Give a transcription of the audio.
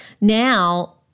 Now